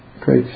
great